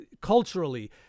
culturally